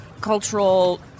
cultural